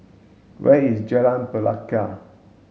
where is Jalan Pelikat